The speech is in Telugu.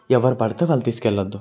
ఎవరు పడితే వాళ్ళు తీసుకువెళ్ళద్దు